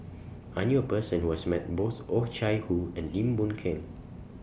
I knew A Person Who has Met Both Oh Chai Hoo and Lim Boon Keng